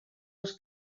els